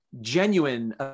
genuine